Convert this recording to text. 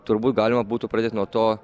turbūt galima būtų pradėt nuo to